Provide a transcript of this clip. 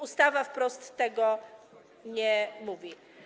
Ustawa wprost tego nie mówi.